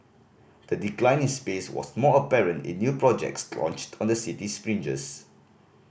the decline in space was most apparent in new projects launched on the cities fringes